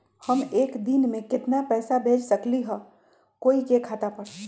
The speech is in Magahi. हम एक दिन में केतना पैसा भेज सकली ह कोई के खाता पर?